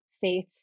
faith